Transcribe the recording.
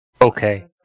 Okay